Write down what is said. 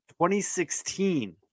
2016